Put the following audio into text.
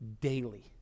daily